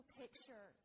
picture